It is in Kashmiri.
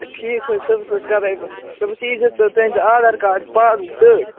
ٹھیٖک حظ صُبَحس حظ کَرے بہٕ صُبَحس ییٖزیٚو ژٕ أنۍزِ آدھار کارڈ پاس بُک سۭتۍ